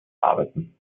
arbeiten